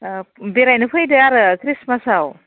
अ बेरायनो फैदो आरो ख्रिस्टमासआव